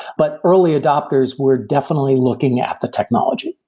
but early adopters were definitely looking at the technology.